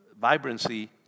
vibrancy